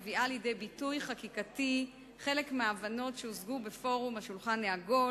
מביאה לידי ביטוי חקיקתי חלק מההבנות שהושגו בפורום השולחן העגול